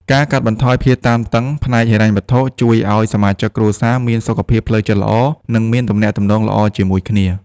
ការកាត់បន្ថយភាពតានតឹងផ្នែកហិរញ្ញវត្ថុជួយឱ្យសមាជិកគ្រួសារមានសុខភាពផ្លូវចិត្តល្អ និងមានទំនាក់ទំនងល្អជាមួយគ្នា។